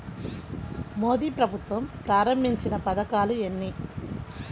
మోదీ ప్రభుత్వం ప్రారంభించిన పథకాలు ఎన్ని?